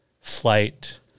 flight